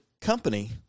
company